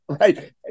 Right